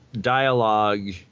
dialogue